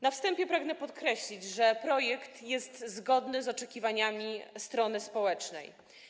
Na wstępie pragnę podkreślić, że projekt jest zgodny z oczekiwaniami strony społecznej.